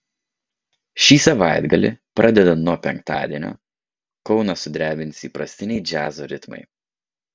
šį savaitgalį pradedant nuo penktadienio kauną sudrebins įprastiniai džiazo ritmai